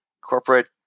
corporate